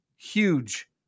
Huge